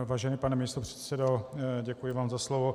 Vážený pane místopředsedo, děkuji vám za slovo.